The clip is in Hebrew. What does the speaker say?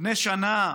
בני שנה: